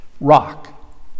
Rock